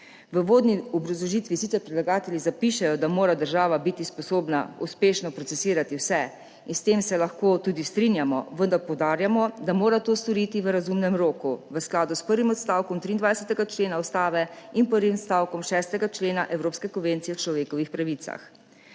V uvodni obrazložitvi sicer predlagatelji zapišejo, da mora država biti sposobna uspešno procesirati vse, in s tem se lahko tudi strinjamo, vendar poudarjamo, da mora to storiti v razumnem roku v skladu s prvim odstavkom 23. člena Ustave in prvim odstavkom 6. člena Evropske konvencije o človekovih pravicah.